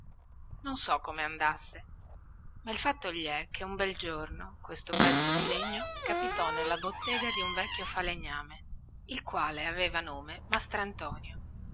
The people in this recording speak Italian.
non so come andasse ma il fatto gli è che un bel giorno questo pezzo di legno capitò nella bottega di un vecchio falegname il quale aveva nome mastrantonio